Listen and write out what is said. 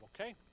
Okay